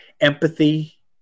Empathy